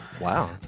Wow